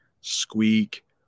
squeak